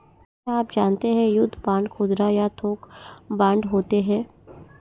क्या आप जानते है युद्ध बांड खुदरा या थोक बांड होते है?